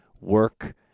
work